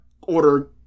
order